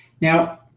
now